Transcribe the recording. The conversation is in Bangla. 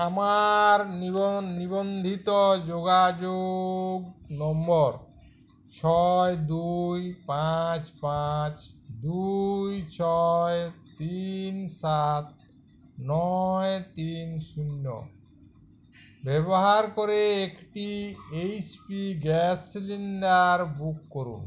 আমার নিবো নিবন্ধিত যোগাযোগ নম্বর ছয় দুই পাঁচ পাঁচ দুই ছয় তিন সাত নয় তিন শূন্য ব্যবহার করে একটি এইচপি গ্যাস সিলিণ্ডার বুক করুন